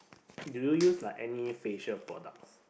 do you use like any facial products